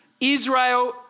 Israel